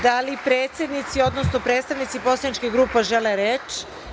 Da li predsednici, odnosno predstavnici poslaničkih grupa žele reč?